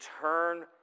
turn